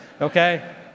okay